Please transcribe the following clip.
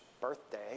birthday